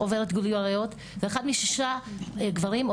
עוברת גילוי עריות ואחד משישה גברים,